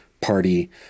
party